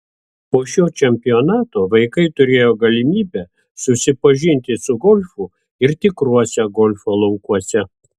po šio čempionato vaikai turėjo galimybę susipažinti su golfu ir tikruose golfo laukuose